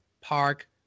Park